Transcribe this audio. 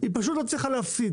הן פשוט לא צריכות להפסיד.